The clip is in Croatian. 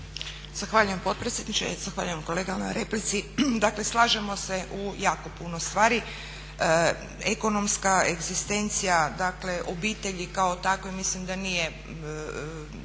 Zahvaljujem potpredsjedniče, zahvaljujem kolega na replici. Dakle slažemo se u jako puno stvari. Ekonomska egzistencija dakle obitelji kao takve mislim da nije